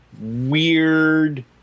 weird